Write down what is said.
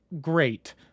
great